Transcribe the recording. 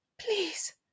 Please